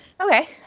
Okay